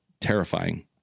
terrifying